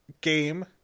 game